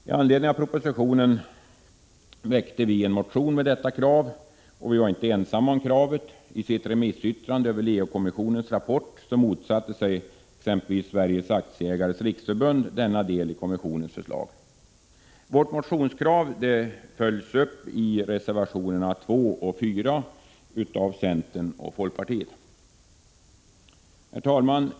Med anledning av propositionen väckte vi en motion med detta krav. Och vi var inte ensamma om kravet. I sitt remissyttrande över Leokommissionens rapport motsatte sig Sveriges Aktiesparares Riksförbund denna del i kommissionens förslag. Vårt motionskrav följs upp i reservationerna nr 2 och nr 4 av centern och folkpartiet. Herr talman!